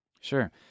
Sure